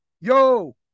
Yo